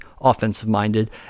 offensive-minded